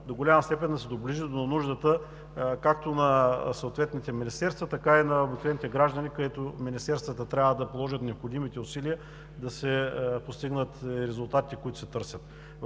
до голяма степен да се доближи до нуждата, както на съответните министерства, така и на обикновените граждани, където министерствата трябва да положат необходимите усилия да се постигнат и резултатите, които се търсят.